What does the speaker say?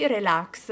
Relax